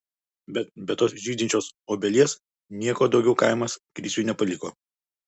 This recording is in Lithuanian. bet be tos žydinčios obelies nieko daugiau kaimas griciui nepaliko